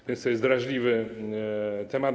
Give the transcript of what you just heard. A więc to jest drażliwy temat.